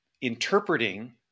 interpreting